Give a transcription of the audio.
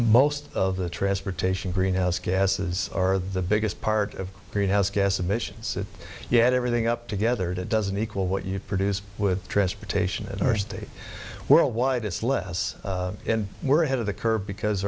most of the transportation greenhouse gases are the biggest part of greenhouse gas emissions yet everything up together it doesn't equal what you produce with transportation interstate worldwide it's less and we're ahead of the curve because